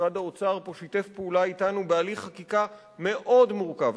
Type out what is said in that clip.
משרד האוצר פה שיתף פעולה אתנו בהליך חקיקה מאוד מורכב.